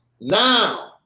now